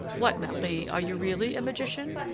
what, marie, are you really a magician?